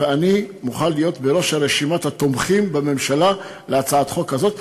ואני מוכן להיות בראש רשימת התומכים בממשלה להצעת החוק הזאת,